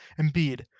Embiid